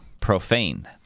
Profane